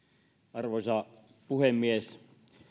arvoisa puhemies